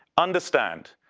understand,